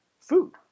food